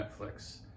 Netflix